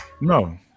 no